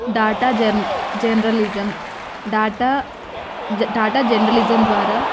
data జర్ journalism data జ data journalism ద్వారా